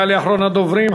יעלה אחרון הדוברים,